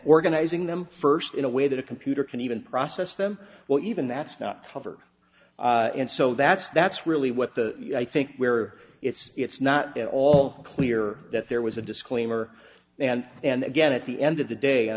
organizing them first in a way that a computer can even process them well even that's not covered and so that's that's really what the i think where it's it's not at all clear that there was a disclaimer and and again at the end of the day